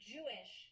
Jewish